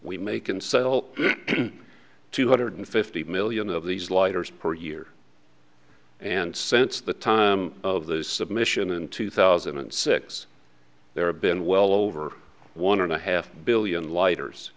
we make and sell two hundred fifty million of these lighters per year and cents the time of the submission in two thousand and six there have been well over one and a half billion lighters